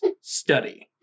study